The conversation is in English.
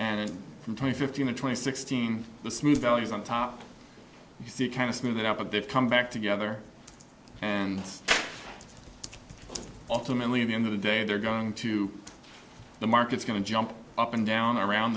it from twenty fifteen to twenty sixteen the smooth values on top you see kind of smooth out but they've come back together and ultimately the end of the day they're going to the market's going to jump up and down around